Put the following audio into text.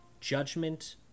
judgment